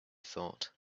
thought